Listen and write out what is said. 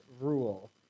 rule